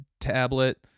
tablet